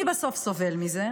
מי בסוף סובל מזה?